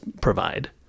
provide